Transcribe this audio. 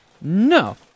No